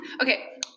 Okay